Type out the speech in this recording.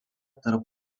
tarp